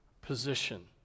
position